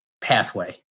pathway